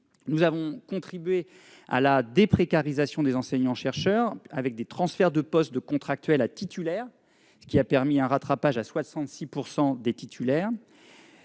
Nous avons contribué à la déprécarisation des enseignants-chercheurs avec des transferts de postes de contractuel à titulaire, ce qui a permis un rattrapage à 66 % des titulaires.